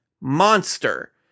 monster